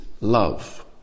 love